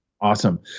Awesome